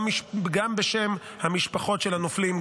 גם בשם המשפחות של הנופלים,